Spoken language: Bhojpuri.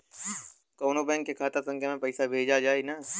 कौन्हू बैंक के खाता संख्या से पैसा भेजा जाई न?